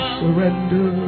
surrender